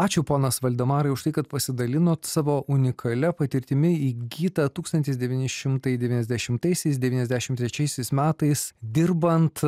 ačiū ponas valdemarai už tai kad pasidalinot savo unikalia patirtimi įgyta tūkstantis devyni šimtai devyniasdešimtaisiais devyniasdešim trečiaisiais metais dirbant